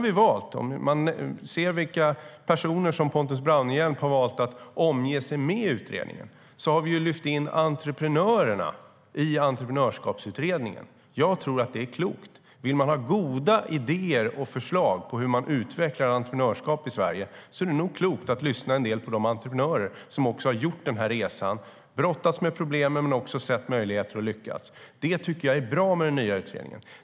Vi kan se vilka personer som Pontus Braunerhjelm har valt att omge sig med i utredningen. Då ser vi att entreprenörerna har lyfts in i Entreprenörskapsutredningen. Det är klokt. Om man vill ha goda idéer och förslag på hur man utvecklar entreprenörskap i Sverige är det klokt att lyssna en del på de entreprenörer som har gjort resan, brottats med problemen och har sett möjligheter och lyckats. Det är bra med den nya utredningen.